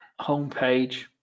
homepage